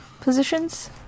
positions